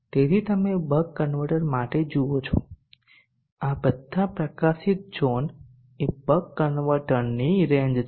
તેથી તમે buck converter માટે જુઓ છો આ બધા પ્રકાશિત ઝોન એ બક કન્વર્ટરની રેંજ છે